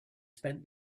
spent